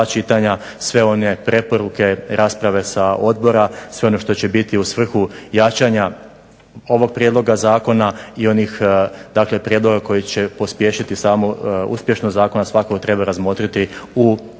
Sve one preporuke, rasprave sa odbora, sve ono što će biti u svrhu jačanja ovog prijedloga zakona i onih dakle prijedloga koji će pospješiti samu uspješnost zakona svakako treba razmotriti u drugom